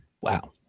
Wow